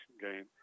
game